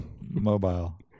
Mobile